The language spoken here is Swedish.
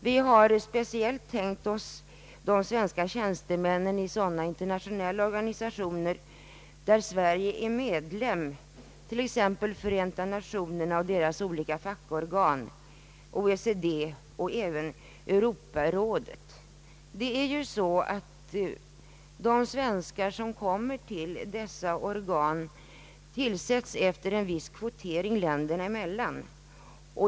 Vi har tänkt speciellt på svenska tjänstemän i sådana interna tionella organisationer varav Sverige är medlem, t.ex. Förenta nationerna och dess fackorgan, OECD och Europarådet. Tjänstemännen i dessa organ tillsätts genom en kvotering länderna emellan.